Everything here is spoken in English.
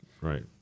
Right